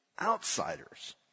outsiders